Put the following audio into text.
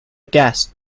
guess